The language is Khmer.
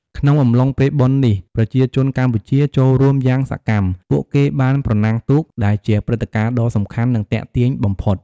ក្នុងអំឡុងពេលបុណ្យនេះ ប្រជាជនកម្ពុជាចូលរួមយ៉ាងសកម្ម ពួកគេបាន ប្រណាំងទូក ដែលជាព្រឹត្តិការណ៍ដ៏សំខាន់ និងទាក់ទាញបំផុត។